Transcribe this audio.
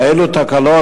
כאלו תקלות,